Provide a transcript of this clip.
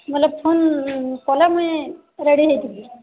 ଗଲେ ଫୋନ୍ କଲେ ମୁଁ ରେଡ୍ଡୀ ହେୋଇଥିବି